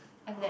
after that